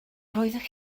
roeddech